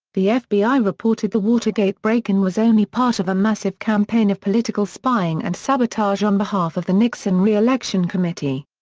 the fbi reported the watergate break-in was only part of a massive campaign of political spying and sabotage on behalf of the nixon re-election committee.